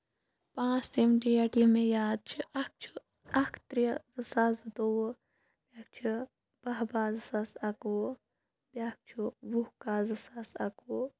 پانٛژھ تِم ڈیٹ یِم مےٚ یاد چھِ اکھ چھُ اکھ ترٛےٚ زٕ ساس زٕتووُہ بیاکھ چھُ باہہ باہہ زٕساس اَکہٕ وُہ بیاکھ چھُ وُہ کاہہ زٕساس اَکہٕ وُہ